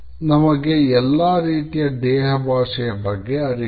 ನಮಗೆ ಎಲ್ಲ ರೀತಿಯ ದೇಹಭಾಷೆಯ ಬಗ್ಗೆ ಅರಿವಿದೆ